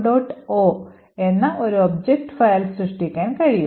o എന്ന ഒരു object file സൃഷ്ടിക്കാൻ കഴിയും